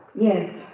Yes